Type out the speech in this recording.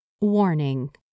Warning